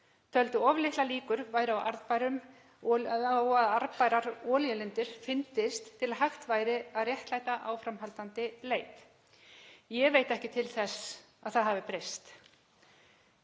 töldu að of litlar líkur væru á að arðbærar olíulindir fyndust til að hægt væri að réttlæta áframhaldandi leit. Ég veit ekki til þess að það hafi breyst.